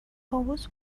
طاووس